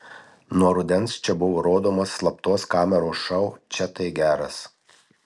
nuo rudens čia buvo rodomas slaptos kameros šou čia tai geras